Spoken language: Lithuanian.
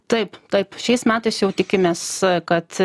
taip taip šiais metais jau tikimės kad